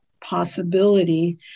possibility